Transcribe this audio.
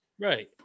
Right